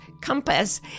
compass